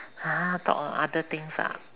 ha talk on other things ah